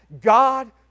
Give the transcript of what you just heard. God